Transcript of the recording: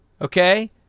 Okay